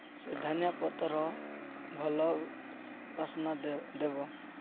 ସେ ଧାନିଆ ପତ୍ର ଭଲ ବାସ୍ନା ଦେବ